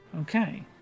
Okay